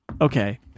okay